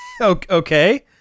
Okay